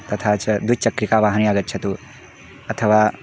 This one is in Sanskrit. तथा च द्विचक्रिका वाहने आगच्छतु अथवा